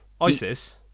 Isis